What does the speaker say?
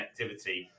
connectivity